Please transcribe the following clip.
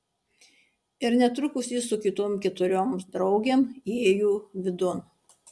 ir netrukus ji su kitom keturiom draugėm įėjo vidun